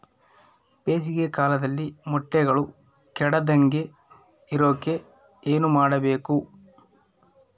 ಬೇಸಿಗೆ ಕಾಲದಲ್ಲಿ ಮೊಟ್ಟೆಗಳು ಕೆಡದಂಗೆ ಇರೋಕೆ ಏನು ಮಾಡಬೇಕು?